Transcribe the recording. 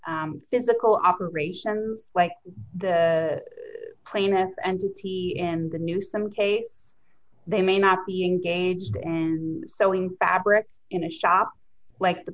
physical operation like the plaintiff and the pm the new some cases they may not be engaged in sewing fabric in a shop like the